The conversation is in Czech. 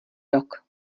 rok